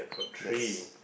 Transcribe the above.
this